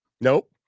Nope